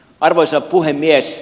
arvoisa puhemies